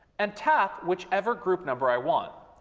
and tap whichever group number i want.